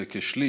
וכשליש,